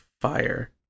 fire